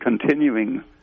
continuing